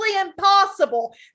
impossible